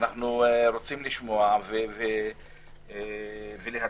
ואנחנו רוצים לשמוע את כל הצדדים ולהצביע.